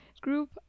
group